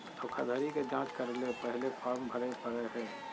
धोखाधड़ी के जांच करय ले पहले फॉर्म भरे परय हइ